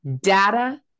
data